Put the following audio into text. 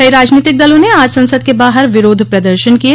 कई राजनीतिक दलों ने आज संसद के बाहर विरोध प्रदर्शन किये